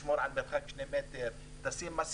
שצריך לשמור מרחק על 2 מטר או לשים מסיכה.